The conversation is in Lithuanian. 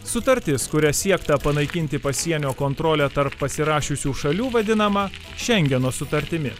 sutartis kuria siekta panaikinti pasienio kontrolę tarp pasirašiusių šalių vadinama šengeno sutartimi